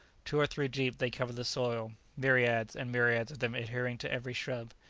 two or three deep they covered the soil, myriads and myriads of them adhering to every shrub.